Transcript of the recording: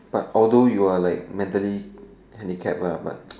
but although you are like mentally handicapped lah but